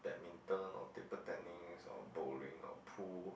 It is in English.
badminton or table tennis or bowling or pool